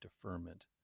deferment